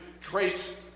traced